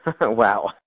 Wow